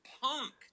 punk